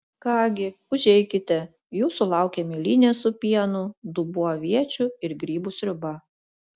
ką gi užeikite jūsų laukia mėlynės su pienu dubuo aviečių ir grybų sriuba